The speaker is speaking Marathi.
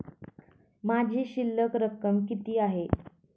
माझी शिल्लक रक्कम किती आहे?